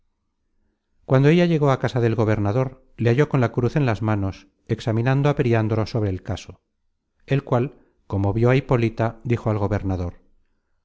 cuando ella llegó a casa del gobernador le halló con la cruz en las manos examinando á periandro sobre el caso content from google book search generated at el cual como vió á hipólita dijo al gobernador